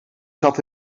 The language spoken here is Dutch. zat